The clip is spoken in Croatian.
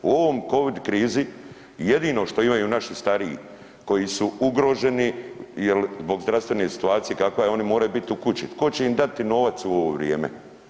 U ovom covid krizi jedino što imaju naši stariji koji su ugroženi jel zbog zdravstvene situacije kakva je oni moraju biti u kući, tko će im dati novac u ovo vrijeme?